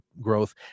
growth